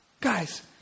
Guys